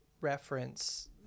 reference